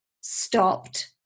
stopped